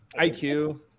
IQ